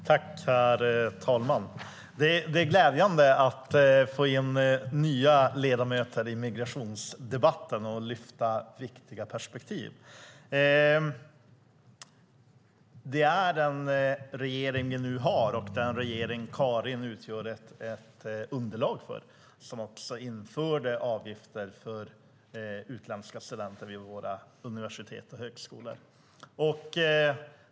Herr talman! Det är glädjande att få in nya ledamöter i migrationsdebatter som kan lyfta fram viktiga perspektiv. Det är den regering vi nu har och den regering som Karin Granbom Ellison utgör ett underlag för som också införde avgifter för utländska studenter vid våra universitet och högskolor.